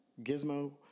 Gizmo